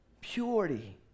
purity